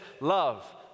Love